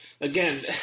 again